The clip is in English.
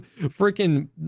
freaking